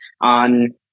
on